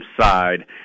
side